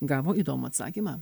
gavo įdomų atsakymą